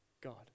God